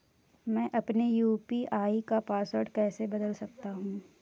मैं अपने यू.पी.आई का पासवर्ड कैसे बदल सकता हूँ?